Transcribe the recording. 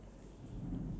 ya